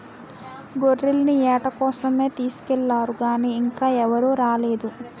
గొర్రెల్ని ఏట కోసమే తీసుకెల్లారు గానీ ఇంకా ఎవరూ రాలేదు